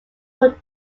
port